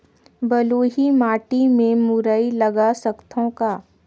बलुही माटी मे मुरई लगा सकथव का?